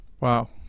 Wow